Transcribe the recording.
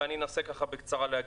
ואני אנסה בקצרה להגיד.